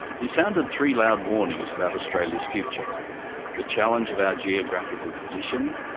he sounded three loud warnings about australia's future the challenge of our geographical position,